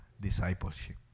discipleship